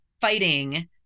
fighting